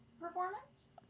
performance